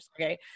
okay